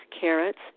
carrots